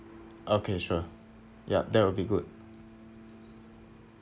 okay sure yup that would be good